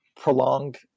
prolonged